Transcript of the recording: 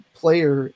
player